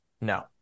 no